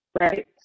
right